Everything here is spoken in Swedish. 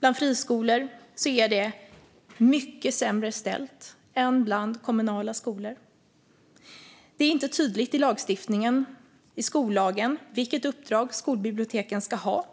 Bland friskolor är det mycket sämre ställt än bland kommunala skolor. Det är inte tydligt i lagstiftningen i skollagen vilket uppdrag skolbiblioteken ska ha.